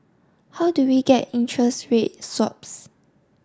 how do we get interest rate swaps